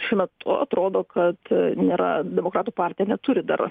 šiuo metu atrodo kad nėra demokratų partija neturi dar